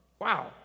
wow